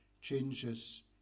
changes